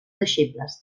deixebles